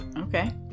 Okay